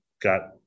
got